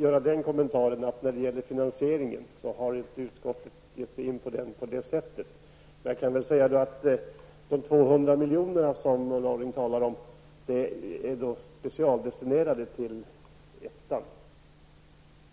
Fru talman! Jag vill bara göra den kommentaren att vi i arbetsmarknadsutskottet inte har gett oss in på finansieringen i detalj. De 200 miljoner som Ulla Orring talar om är specialdestinerade till stödområde